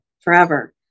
forever